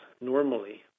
normally